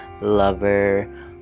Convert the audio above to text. lover